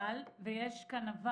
אבל ויש כאן אבל